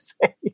say